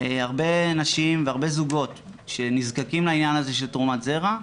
הרבה נשים והרבה זוגות שנזקקים לעניין של תרומת זרע,